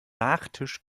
nachtisch